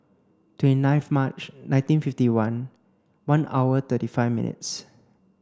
twenty ninth March nineteen fifty one one hour thirty five minutes